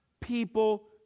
people